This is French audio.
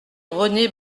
rené